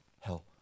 hell